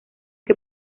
que